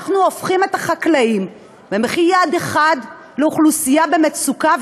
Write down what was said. אנחנו הופכים את החקלאים במחי יד אחת לאוכלוסייה במצוקה,